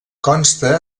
consta